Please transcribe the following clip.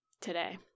today